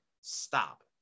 stop